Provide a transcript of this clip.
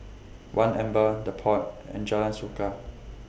one Amber The Pod and Jalan Suka